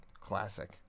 Classic